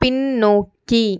பின்னோக்கி